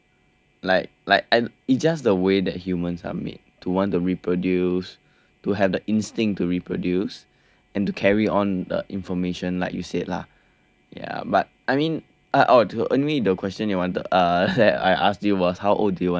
like like and it just the way that humans are made to want to reproduce to have the instinct to reproduce and to carry on the information like you said lah ya but I mean I oh the question you wanted uh that I asked you was how old do you want to live until